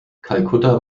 kalkutta